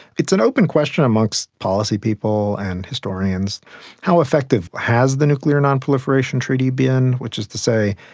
it's an open question amongst policy people and historians how effective has the nuclear non-proliferation treaty been? which is to say,